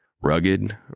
Rugged